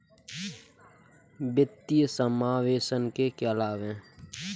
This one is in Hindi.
वित्तीय समावेशन के क्या लाभ हैं?